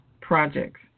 projects